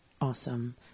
Awesome